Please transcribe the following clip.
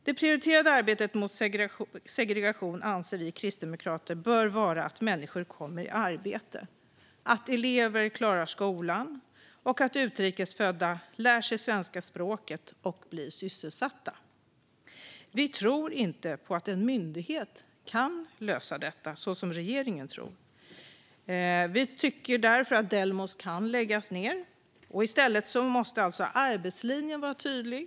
Det prioriterade arbetet mot segregation anser vi kristdemokrater bör vara att människor kommer i arbete, att elever klarar skolan och att utrikes födda lär sig det svenska språket och blir sysselsatta. Vi tror inte på att en myndighet kan lösa detta, så som regeringen tror. Vi tycker därför att Delmos kan läggas ned. I stället måste arbetslinjen vara tydlig.